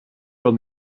from